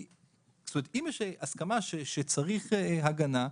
אם יש הסכמה שצריך הגנה,